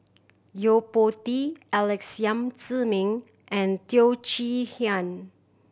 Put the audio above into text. Yo Po Tee Alex Yam Ziming and Teo Chee Hean